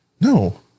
No